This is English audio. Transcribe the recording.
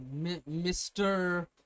Mr